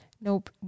Nope